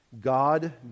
God